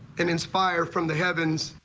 and inspire from the heavens.